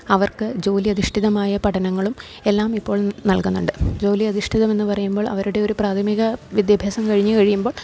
അവർക്കു ജോലി അധിഷ്ഠിതമായ പഠനങ്ങളും എല്ലാം ഇപ്പോൾ നൽകുന്നുണ്ട് ജോലി അധിഷ്ഠിതമെന്നു പറയുമ്പോൾ അവരുടെ ഒരു പ്രാഥമികവിദ്യാഭ്യാസം കഴിഞ്ഞുകഴിയുമ്പോൾ